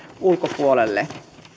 ulkopuolelle